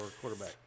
quarterback